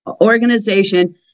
organization